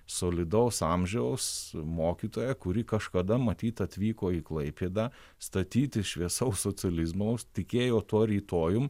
solidaus amžiaus mokytoja kuri kažkada matyt atvyko į klaipėdą statyti šviesaus socializmo tikėjo tuo rytojum